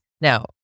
now